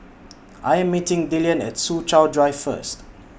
I Am meeting Dillion At Soo Chow Drive First